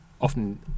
often